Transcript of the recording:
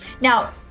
Now